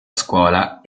scuola